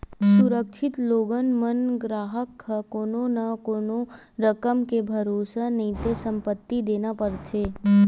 सुरक्छित लोन म गराहक ह कोनो न कोनो रकम के भरोसा नइते संपत्ति देना परथे